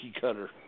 cutter